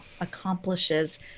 accomplishes